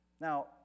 Now